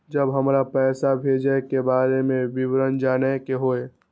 जब हमरा पैसा भेजय के बारे में विवरण जानय के होय?